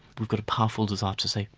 we've got a powerful desire to say,